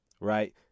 right